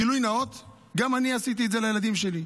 גילוי נאות, גם אני עשיתי את זה לילדים שלי.